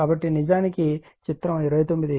కాబట్టి ఇది నిజానికి చిత్రం 29